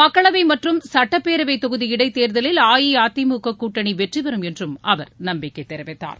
மக்களவை மற்றும் சட்டப்பேரவை தொகுதி இடைத்தேர்தலில் அஇஅதிமுக கூட்டணி வெற்றி பெறும் என்றும் அவர் நம்பிக்கை தெரிவித்தார்